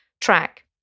track